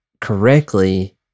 correctly